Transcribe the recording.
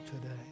today